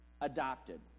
adopted